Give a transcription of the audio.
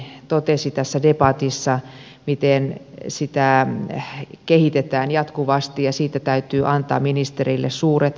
ministeri totesi tässä debatissa miten sitä kehitetään jatkuvasti ja siitä täytyy antaa ministereille suuret kiitokset